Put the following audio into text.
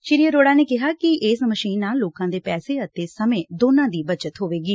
ਸ਼ੀ ਅਰੋੜਾ ਨੇ ਕਿਹਾ ਇਸ ਮਸ਼ੀਨ ਨਾਲ਼ ਲੋਕਾਂ ਦੇ ਪੈਸੇ ਅਤੇ ਸਮੇਂ ਦੋਨਾਂ ਦੀ ਬੱਚਤ ਹੋਵੇਗੀ